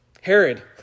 Herod